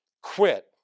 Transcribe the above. quit